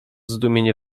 zdumienie